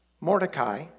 Mordecai